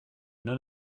none